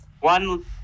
one